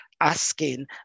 asking